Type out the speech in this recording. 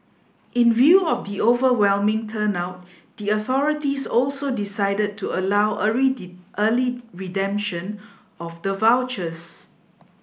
in view of the overwhelming turnout the authorities also decided to allow early redemption of the vouchers